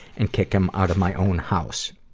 and kick him out of my own house.